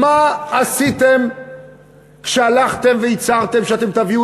מה עשיתם כשהלכתם והצהרתם שאתם תביאו